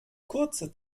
kurze